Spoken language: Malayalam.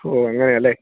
ഓ അങ്ങനെയാല്ലേ